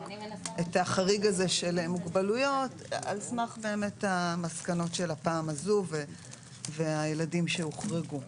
את החריג הזה של מוגבלויות על סמך המסקנות של הפעם הזו והילדים שהוחרגו.